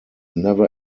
never